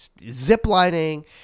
Ziplining